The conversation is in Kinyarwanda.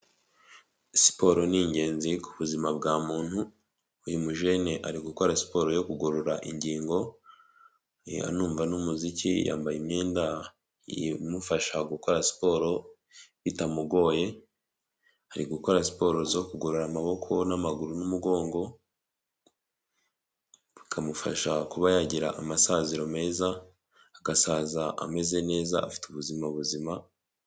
Siporo ni ingenzi ku buzima bwa muntu uyu mujene ari gukora siporo yo kugorora ingingo anumva n'umuziki yambaye imyenda imufasha gukora siporo bitamugoye aari gukora siporo zo kugorora amaboko n'amaguru n'umugongo bikamufasha kuba yagira amasaziro meza agasaza ameze neza afite ubuzima buzima..